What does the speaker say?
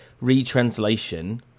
retranslation